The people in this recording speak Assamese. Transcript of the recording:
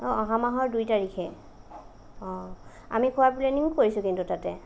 অ অহা মাহৰ দুই তাৰিখে অ আমি খোৱাৰ প্লেনিঙো কৰিছোঁ কিন্তু তাতে